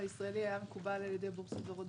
הישראלי היה מקובל על ידי בורסות זרות.